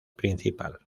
principal